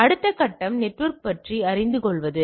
அடுத்த கட்டம் நெட்வொர்க் பற்றி அறிந்து கொள்வது